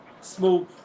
small